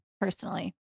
personally